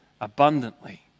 abundantly